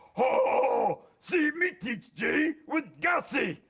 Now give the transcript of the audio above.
oh! see, me teach g with gassy,